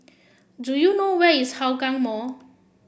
do you know where is Hougang Mall